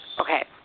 Okay